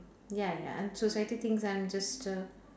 ya ya society thinks that I'm just a